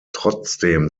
trotzdem